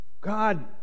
God